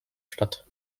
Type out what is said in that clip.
statt